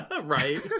Right